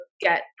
get